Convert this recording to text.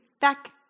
back